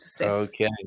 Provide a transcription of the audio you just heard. Okay